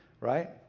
right